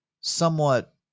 somewhat